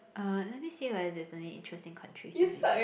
uh let me see whether there's any interesting countries to visit